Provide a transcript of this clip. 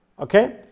Okay